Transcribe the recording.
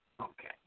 Okay